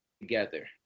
together